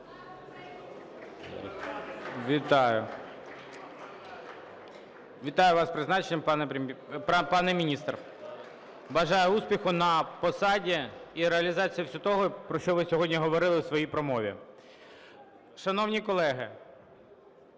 Вітаю вас з призначенням, пане міністр. Бажаю успіху на посаді і реалізацію всього того, про що ви сьогодні говорили у своїй промові. Шановні колеги,